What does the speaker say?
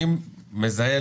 אני מזהה,